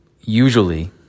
usually